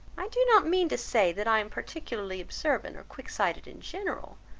i do not mean to say that i am particularly observant or quick-sighted in general,